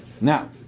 Now